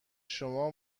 شما